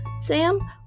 Sam